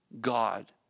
God